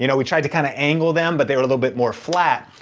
you know we tried to kind of angle them but they were a little bit more flat.